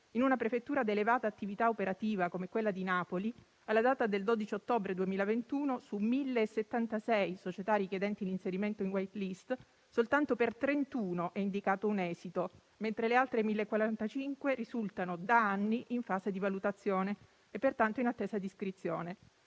in una prefettura a elevata attività operativa come quella di Napoli il 12 ottobre 2021 su 1.076 società richiedenti inserimento in *white list* soltanto per 31 è indicato un esito, mentre le altre 1.045 risultano da anni in fase di valutazione e, pertanto, in attesa di iscrizione.